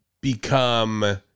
become